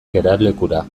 geralekura